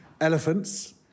elephants